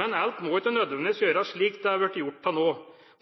men alt må ikke nødvendigvis gjøres slik det har vært gjort til nå.